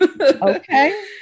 Okay